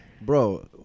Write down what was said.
Bro